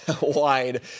wide